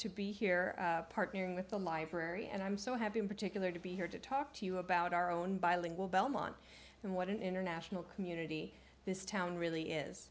to be here partnering with the library and i'm so happy in particular to be here to talk to you about our own bilingual belmont and what an international community this town really is